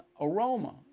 aroma